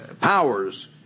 powers